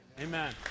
Amen